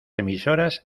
emisoras